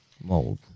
mold